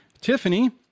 Tiffany